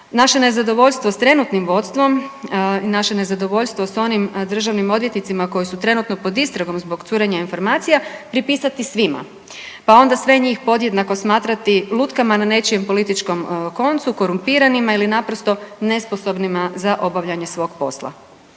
naše nezadovoljstvo sa trenutnim vodstvom, naše nezadovoljstvo sa onim državnim odvjetnicima koji su trenutno pod istragom zbog curenja informacija pripisati svima, pa onda sve njih podjednako smatrati lutkama na nečijem političkom koncu, korumpiranima ili naprosto nesposobnima za obavljanje svog posla.